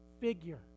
figure